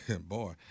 Boy